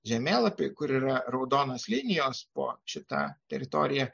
žemėlapį kur yra raudonos linijos po šita teritorija